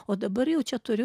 o dabar jau čia turiu